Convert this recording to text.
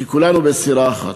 כי כולנו בסירה אחת.